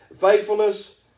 faithfulness